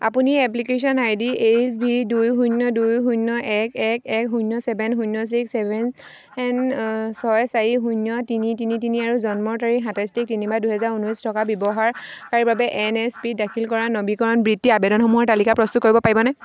আপুনি application I D H V দুই শূন্য দুই শূন্য এক এক এক শূন্য চেভেন শূন্য চিক্স চেভেন ছয় চাৰি শূন্য তিনি তিনি তিনি আৰু জন্মৰ তাৰিখ সাতাইছ তিনি দুহেজাৰ ঊনৈছ থকা ব্যৱহাৰকাৰীৰ বাবে এন এছ পিত দাখিল কৰা নবীকৰণ বৃত্তি আবেদনসমূহৰ তালিকা প্ৰস্তুত কৰিব পাৰিবনে